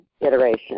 iteration